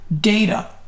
data